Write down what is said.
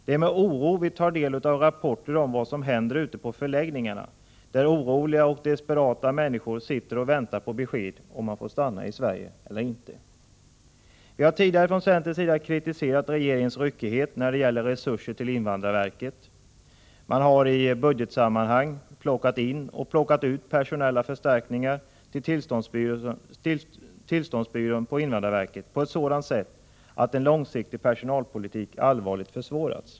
Det är med oro vi tar del av rapporter om vad som händer ute på förläggningarna, där oroliga och desperata människor sitter och väntar på besked om de får stanna i Sverige eller inte. Vi har tidigare från centerns sida kritiserat regeringens ryckighet när det gäller resurser till invandrarverket. Man har i budgetsammanhang plockat in och plockat ut personella förstärkningar till tillståndsbyrån på ett sådant sätt att en långsiktig personalpolitik allvarligt försvårats.